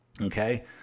Okay